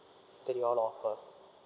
that you all offer